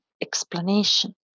explanation